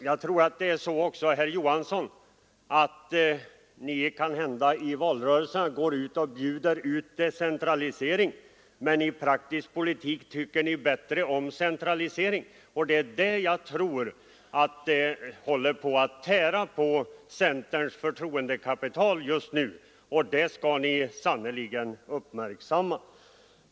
Kanske är det så, herr Johansson, att ni i valrörelsen talar om decentralisering, men i praktisk politik tycker ni bättre om centralisering. Där tror jag att ni håller på att tära på centerns förtroendekapital just nu, och det skall ni sannerligen uppmärksamma!